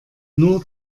nur